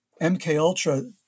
MKUltra